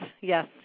yes